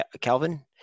kelvin